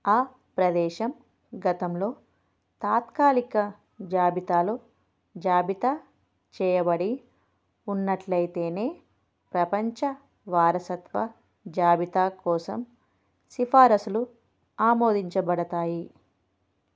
ఆ ప్రదేశం గతంలో తాత్కాలిక జాబితాలో జాబితా చేయబడి ఉన్నట్లు అయితేనే ప్రపంచ వారసత్వ జాబితా కోసం సిఫారసులు ఆమోదించబడతాయి